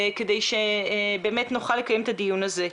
כדי שבאמת נוכל לקיים את הדיון הזה.